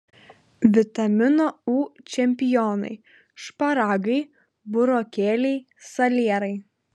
vitamino u čempionai šparagai burokėliai salierai